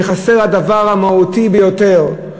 שחסר הדבר המהותי ביותר,